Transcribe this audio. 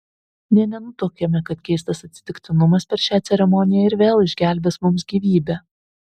nė nenutuokėme kad keistas atsitiktinumas per šią ceremoniją ir vėl išgelbės mums gyvybę